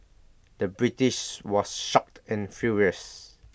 the British was shocked and furious